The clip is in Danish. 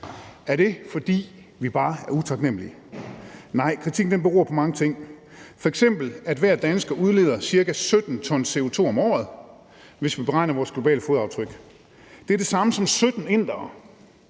Er det, fordi vi bare er utaknemlige? Nej, kritikken beror på mange ting, som f.eks. at hver dansker udleder ca. 17 t CO2 om året, hvis vi beregner vores globale fodaftryk. Det er det samme som 17 indere.